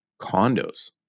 condos